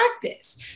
practice